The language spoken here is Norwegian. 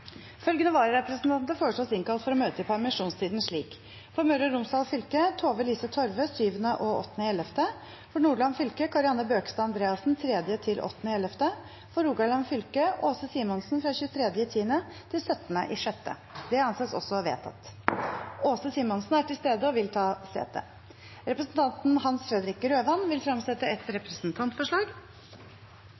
Følgende vararepresentanter innkalles for å møte i permisjonstiden: For Møre og Romsdal fylke: Tove Lise Torve 7.–8. november For Nordland fylke: Kari Anne Bøkestad Andreassen 3.–8. november For Rogaland fylke: Aase Simonsen 23. oktober–17. juni Aase Simonsen er til stede og vil ta sete. Representanten Hans Fredrik Grøvan vil fremsette et